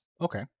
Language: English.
Okay